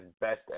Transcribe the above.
best